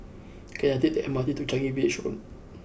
can I take the M R T to Changi Village Road